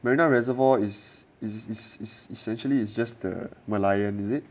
marina reservoir is is is is is essentially it's just the merlion is it